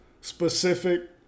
specific